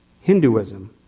Hinduism